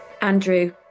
Andrew